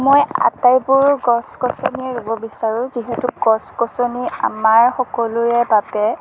মই আটাইবোৰ গছ গছনি ৰুব বিচাৰোঁ যিহেতু গছ গছনি আমাৰ সকলোৰে বাবে